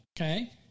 okay